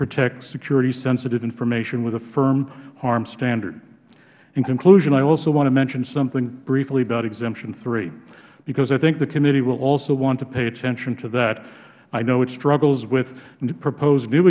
protect security sensitive information with a firm harm standard in conclusion i also want to mention something briefly about exemption three because i think the committee will also want to pay attention to that i know it struggles with the proposed new